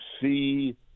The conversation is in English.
see